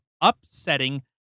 upsetting